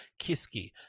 Kiski